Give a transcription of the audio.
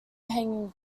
hanging